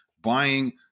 buying